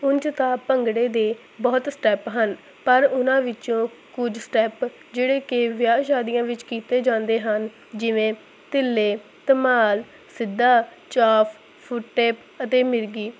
ਹੁਣ ਜਿੱਦਾਂ ਭੰਗੜੇ ਦੇ ਬਹੁਤ ਸਟੈਪ ਹਨ ਪਰ ਉਹਨਾਂ ਵਿੱਚੋਂ ਕੁਝ ਸਟੈਪ ਜਿਹੜੇ ਕਿ ਵਿਆਹ ਸ਼ਾਦੀਆਂ ਵਿੱਚ ਕੀਤੇ ਜਾਂਦੇ ਹਨ ਜਿਵੇਂ ਤਿੱਲੇ ਧਮਾਲ ਸਿੱਧਾ ਝਾਫ ਫੁੱਟੇ ਅਤੇ ਮਿਰਗੀ